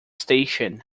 station